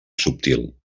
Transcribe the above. subtil